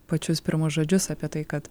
pačius pirmus žodžius apie tai kad